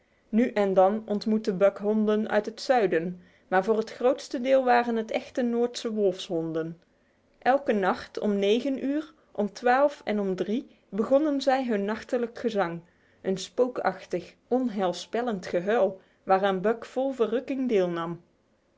nu en dan ontmoette buck honden uit het zuiden maar voor het grootste deel waren het echte noordse wolfshonden elke nacht om negen uur om twaalf en om drie begonnen zij hun nachtelijk gezang een spookachtig onheilspellend gehuil waaraan buck vol verrukking deelnam